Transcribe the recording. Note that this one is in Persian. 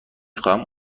خواهم